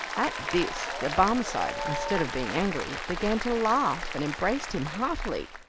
at this the barmecide, instead of being angry, began to laugh, and embraced him heartily.